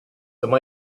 some